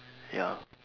ya